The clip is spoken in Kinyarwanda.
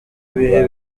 bihe